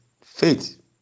faith